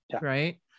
right